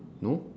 no